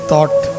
Thought